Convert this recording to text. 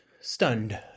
stunned